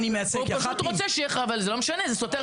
הוא פשוט רוצה ש --- אז מה את רוצה?